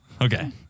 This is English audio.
Okay